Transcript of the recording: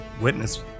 witness